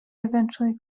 eventually